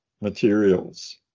materials